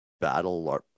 battle